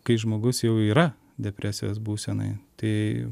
kai žmogus jau yra depresijos būsenoj tai